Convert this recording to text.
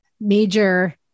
major